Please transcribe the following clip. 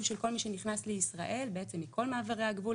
של כל מי שנכנס לישראל מכל מעברי הגבול,